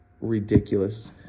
ridiculous